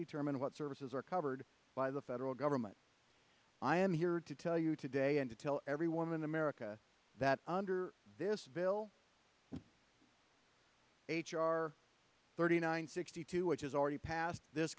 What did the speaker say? determine what services are covered by the federal government i am here to tell you today and to tell everyone in america that under this bill h r thirty nine sixty two which has already passed this